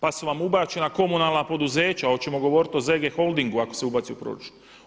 Pa su vam ubačena komunalna poduzeća, hoćemo govoriti o ZG Holdingu ako se ubaci u proračun.